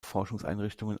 forschungseinrichtungen